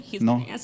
No